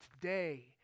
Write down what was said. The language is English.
today